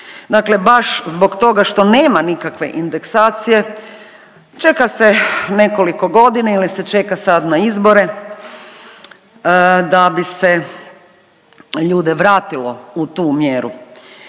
Baš zbog toga što nema nikakve indeksacije čeka se nekoliko godina ili se čeka sad na izbore da bi se ljude vratilo u tu mjeru.